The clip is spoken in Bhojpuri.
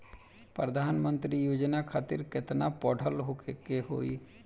प्रधानमंत्री योजना खातिर केतना पढ़ल होखे के होई?